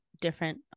different